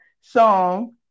song